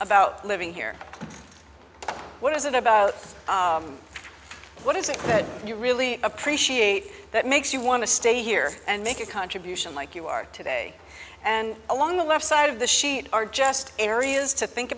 about living here what is it about what is it that you really appreciate that makes you want to stay here and make a contribution like you are today and along the left side of the sheet are just areas to think